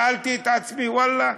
שאלתי את עצמי: ואללה,